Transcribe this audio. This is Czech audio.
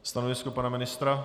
Stanovisko pana ministra?